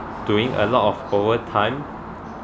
doing a lot of over time